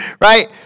Right